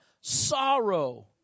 sorrow